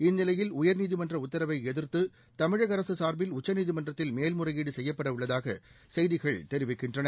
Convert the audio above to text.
இந்நிலையில் உயர்நீதிமன்ற உத்தரவை எதிர்த்து தமிழக அரசு சார்பில் உச்சநீதிமன்றத்தில் மேல்முறையீடு செய்யபட உள்ளதாக செய்திகள் தெரிவிக்கின்றன